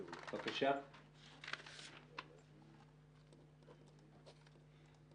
אנחנו עם רב פקד נירה